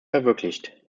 verwirklicht